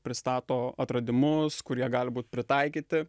pristato atradimus kurie gali būt pritaikyti